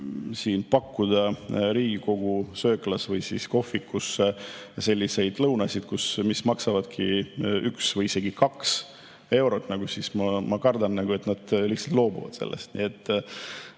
pakkuda Riigikogu sööklas või kohvikus selliseid lõunaid, mis maksavadki üks või isegi kaks eurot, siis ma kardan, et nad lihtsalt loobuvad sellest.